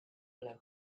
blow